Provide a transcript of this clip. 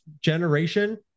generation